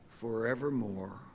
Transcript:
forevermore